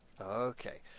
okay